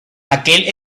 aquel